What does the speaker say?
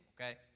okay